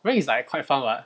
rank is like quite fun [what]